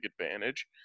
advantage